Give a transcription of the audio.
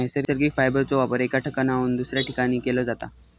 नैसर्गिक फायबरचो वापर एका ठिकाणाहून दुसऱ्या ठिकाणी केला जाता